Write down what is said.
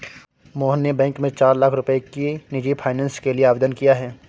मोहन ने बैंक में चार लाख रुपए की निजी फ़ाइनेंस के लिए आवेदन किया है